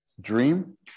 dream